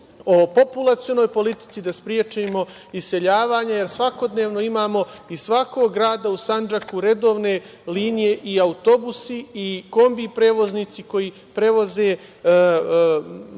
o populacionoj politici, da sprečimo iseljavanje, jer svakodnevno imamo iz svakog grada u Sandžaku redovne linije i autobusi i kombi prevoznici koji prevoze